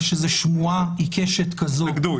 יש איזה שמועה עיקשת כזו -- התנגדו.